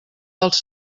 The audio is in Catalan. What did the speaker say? dels